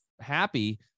happy